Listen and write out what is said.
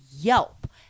yelp